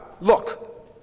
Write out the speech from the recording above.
Look